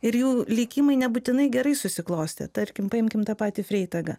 ir jų likimai nebūtinai gerai susiklostė tarkim paimkime tą patį freitagą